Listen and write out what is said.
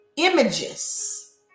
Images